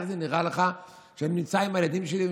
איך זה נראה לך שאני נמצא עם הילדים שלי והם